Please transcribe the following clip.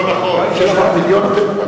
אבל זה לא מבטל את העובדה שמציון יוצאת גם